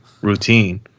routine